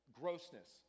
grossness